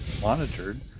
monitored